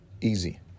easy